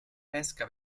pesca